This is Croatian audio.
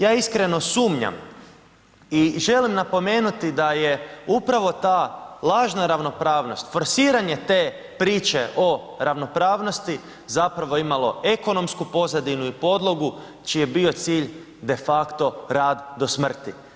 Ja iskreno sumnjam i želim napomenuti da je upravo ta lažna ravnopravnost, forsiranje te priče o ravnopravnosti zapravo imalo ekonomsku pozadinu i podlogu, čiji je bio cilj de facto rad do smrti.